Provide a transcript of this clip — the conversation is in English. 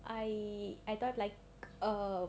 I I thought like err